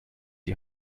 die